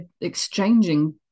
exchanging